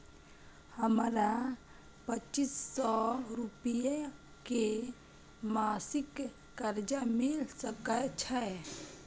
हमरा पच्चीस सौ रुपिया के मासिक कर्जा मिल सकै छै?